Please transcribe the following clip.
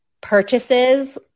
purchases